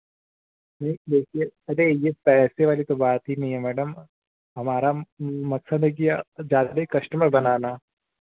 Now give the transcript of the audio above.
नहीं देखिए अरे यह पैसे वाली तो बात ही नहीं है मैडम हमारा मकसद है कि जादे कश्टमर बनाना